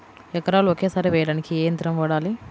ఎకరాలు ఒకేసారి వేయడానికి ఏ యంత్రం వాడాలి?